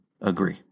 agree